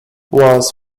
was